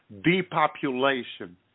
Depopulation